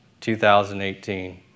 2018